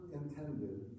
intended